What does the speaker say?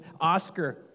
Oscar